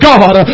God